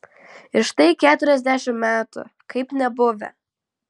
ir štai keturiasdešimt metų kaip nebuvę